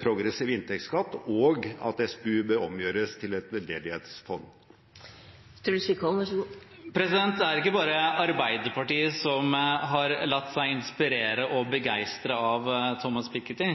progressiv inntektsskatt og at SPU bør omgjøres til et veldedighetsfond? Det er ikke bare Arbeiderpartiet som har latt seg inspirere og begeistre av Thomas Piketty.